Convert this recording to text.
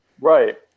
Right